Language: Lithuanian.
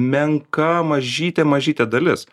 menka mažytė mažytė dalis